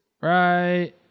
Right